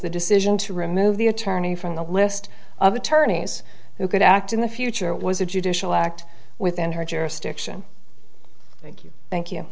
the decision to remove the attorney from the list of attorneys who could act in the future was a judicial act within her jurisdiction thank you you thank